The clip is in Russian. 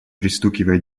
пристукивая